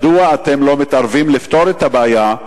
מדוע אתם לא מתערבים לפתור את הבעיה?